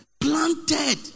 planted